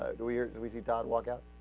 ah rear widget dot load up